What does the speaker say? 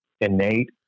innate